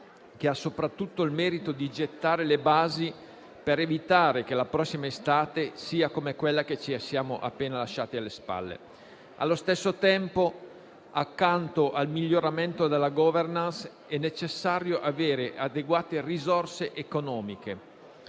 che ha soprattutto il merito di gettare le basi per evitare che la prossima estate sia come quella che ci siamo appena lasciati alle spalle. Allo stesso tempo, accanto al miglioramento della *governance*, è necessario avere adeguate risorse economiche